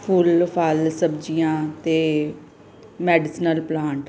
ਫੁੱਲ ਫਲ ਸਬਜ਼ੀਆਂ ਅਤੇ ਮੈਡੀਸਨਲ ਪਲਾਂਟ